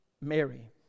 Mary